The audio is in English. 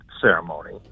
ceremony